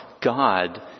God